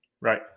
right